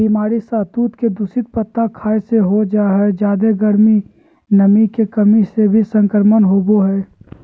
बीमारी सहतूत के दूषित पत्ता खाय से हो जा हई जादे गर्मी, नमी के कमी से भी संक्रमण होवई हई